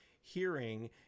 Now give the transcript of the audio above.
hearing